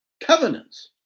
covenants